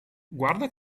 guarda